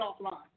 offline